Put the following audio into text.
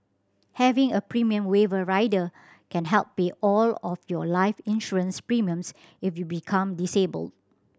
having a premium waiver rider can help pay all of your life insurance premiums if you become disabled